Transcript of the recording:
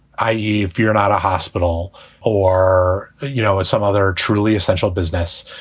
i e. if you're not a hospital or, you know, some other truly essential business,